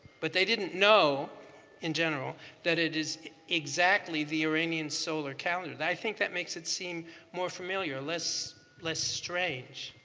but they didn't know in general that it is exactly the iranian solar calendar. i think that makes it seem more familiar, less less strange.